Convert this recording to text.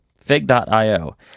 Fig.io